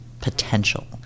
potential